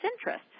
interests